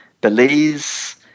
Belize